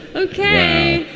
okay.